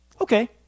Okay